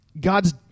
God's